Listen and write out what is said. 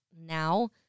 now